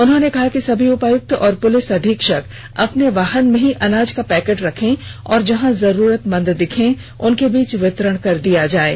उन्होंने कहा कि सभी उपायुक्त और पुलिस अधीक्षक अपने वाहन में ही अनाज का पैकेट रखें और जहां जरूरतमंद दिखें उनके बीच वितरण कर दिया जाये